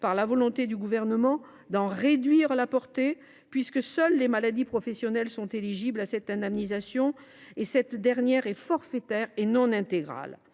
par la volonté du Gouvernement d’en réduire la portée, puisque seules les maladies professionnelles sont éligibles à cette indemnisation et que cette dernière est forfaitaire et non intégrale.